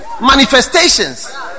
manifestations